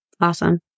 awesome